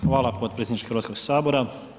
Hvala potpredsjedniče Hrvatskog sabora.